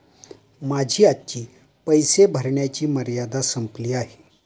माझी आजची पैसे भरण्याची मर्यादा संपली आहे